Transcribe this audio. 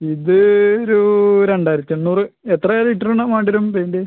ഇത് ഒരു രണ്ടായിരത്തി എണ്ണൂറ് എത്ര ലിറ്ററിന് വേണ്ടിവരും പെയിൻറ്